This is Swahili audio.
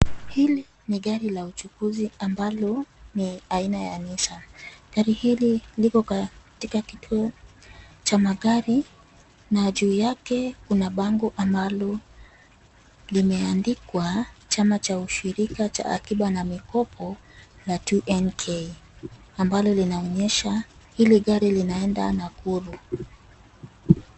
Hili ni gari la uchukuzi ambalo ni aina ya Nissan. Gari hili liko katika kituo cha magari na juu yake kuna bango ambalo limeandikwa 'Chama cha Ushirika cha Akiba na Mikopo la 2NK' ambalo linaonyesha hili gari linaenda Nakuru.